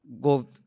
go